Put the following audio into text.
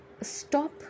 stop